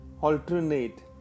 alternate